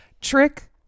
Trick